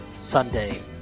Sunday